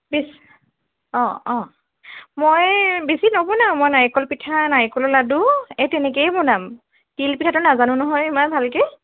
বেছি অঁ অঁ মই বেছি নবনাওঁ মই নাৰিকল পিঠা নাৰিকলৰ লাডু এই তেনেকেই বনাম তিলপিঠাটো নাজানো নহয় ইমান ভালকে